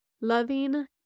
loving